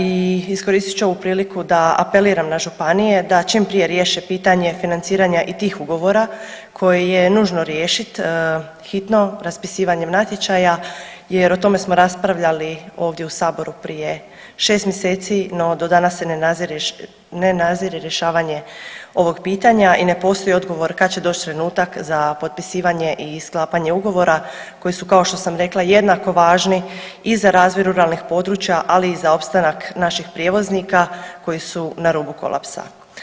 I iskoristit ću ovu priliku da apeliram na županije da čim prije riješe pitanje financiranja i tih ugovora koji je nužno riješit hitno raspisivanjem natječaja jer o tome smo raspravljali ovdje u Saboru prije šest mjeseci, no do danas se ne nadzire rješavanje ovog pitanja i ne postoji odgovor kad će doći trenutak za potpisivanje i sklapanje ugovora koji su kao što sam rekla jednako važni i za razvoj ruralnih područja, ali i za opstanak naših prijevoznika koji su na rubu kolapsa.